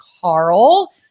Carl